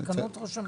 תקנות ראש הממשלה.